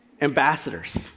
Ambassadors